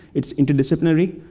it's interdisciplinary.